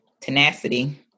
tenacity